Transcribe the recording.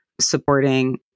supporting